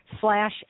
slash